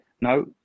No